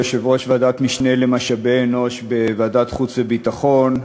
יושב-ראש ועדת משנה למשאבי אנוש בוועדת החוץ והביטחון.